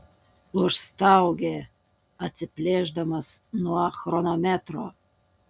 užstaugė atsiplėšdamas nuo chronometro